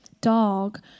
dog